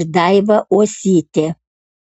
ir daiva uosytė